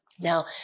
Now